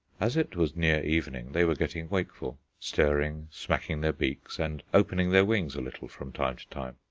as it was near evening, they were getting wakeful, stirring, smacking their beaks and opening their wings a little from time to time.